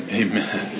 amen